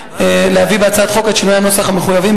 להביא בהצעת החוק את שינויי הנוסח המחויבים